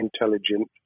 intelligent